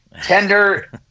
tender